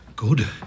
Good